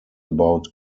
about